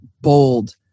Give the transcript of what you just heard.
bold